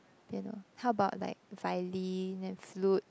piano how about like violin and flute